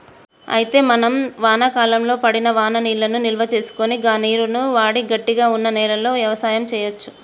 అయితే మనం వానాకాలంలో పడిన వాననీళ్లను నిల్వసేసుకొని గా నీరును వాడి గట్టిగా వున్న నేలలో యవసాయం సేయచ్చు